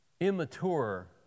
immature